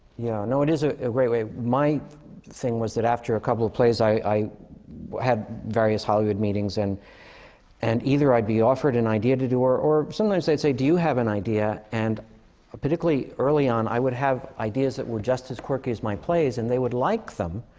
yeah. no, it is a i ah great way. my thing was that after a couple of plays, i i had various hollywood meetings. and and either i'd be offered an idea to do it, or sometimes they'd say, do you have an idea? and particularly early on, i would have ideas that were just as quirky as my plays. and they would like them,